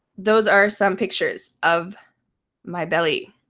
those are some pictures of my belly.